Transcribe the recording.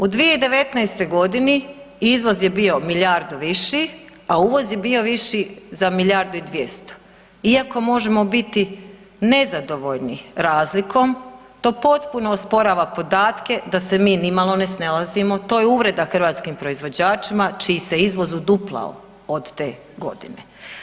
U 2019.g. izvoz je bio milijardu viši, a uvoz je bio viši za milijardu i 200, iako možemo biti nezadovoljni razlikom to potpuno usporava podatke da se mi nimalo ne snalazimo, to je uvreda hrvatskim proizvođačima čiji se izvoz uduplao od te godine.